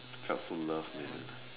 just love man